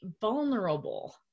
vulnerable